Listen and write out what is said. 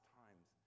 times